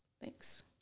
Thanks